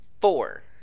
four